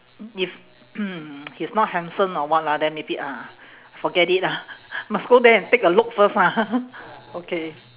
if he's not handsome or what lah then maybe ah forget it lah must go there and take a look first lah okay